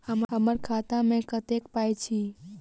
हम्मर खाता मे एखन कतेक पाई अछि?